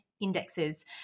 indexes